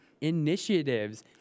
initiatives